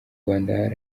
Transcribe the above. rwanda